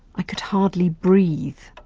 i could hardly breathe.